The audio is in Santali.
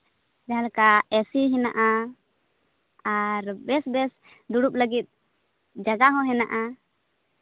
ᱡᱟᱦᱟᱸ ᱞᱮᱠᱟ ᱮᱥᱤ ᱢᱮᱱᱟᱜᱼᱟ ᱟᱨ ᱵᱮᱥ ᱵᱮᱥ ᱫᱩᱲᱩᱵ ᱞᱟᱹᱜᱤᱫ ᱡᱟᱭᱜᱟ ᱦᱚᱸ ᱢᱮᱱᱟᱜᱼᱟ